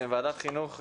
ועדת החינוך,